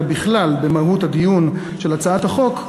אלא בכלל במהות הדיון של הצעת החוק,